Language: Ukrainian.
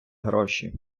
гроші